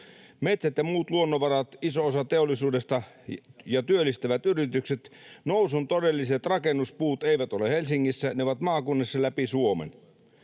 Metsät ja muut luonnonvarat, iso osa teollisuudesta ja työllistävät yritykset — nousun todelliset rakennuspuut — eivät ole Helsingissä, ne ovat maakunnissa läpi Suomen.